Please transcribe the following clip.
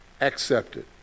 Accepted